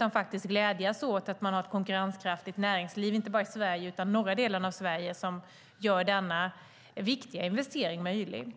Han borde i stället glädja sig åt att man har ett konkurrenskraftigt näringsliv i norra delen av Sverige som gör denna viktiga investering möjlig.